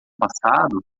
passado